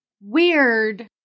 weird